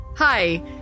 Hi